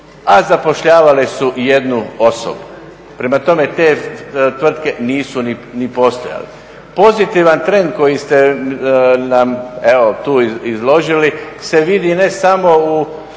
a zapošljavale su 1 osobu. Prema tome, te tvrtke nisu ni postojale. Pozitivan trend koji ste nam evo tu izložili se vidi ne samo u